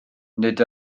nid